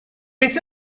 beth